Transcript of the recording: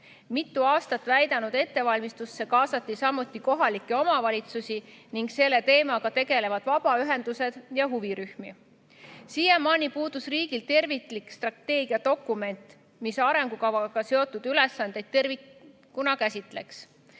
Mitu aastat väldanud ettevalmistusse kaasati samuti kohalikke omavalitsusi ning selle teemaga tegelevad vabaühendused ja huvirühmad. Siiamaani puudus riigil terviklik strateegiadokument, mis arengukavaga seotud ülesandeid tervikuna käsitleks.